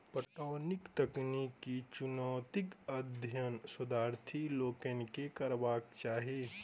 पटौनीक तकनीकी चुनौतीक अध्ययन शोधार्थी लोकनि के करबाक चाही